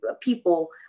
people